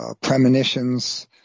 premonitions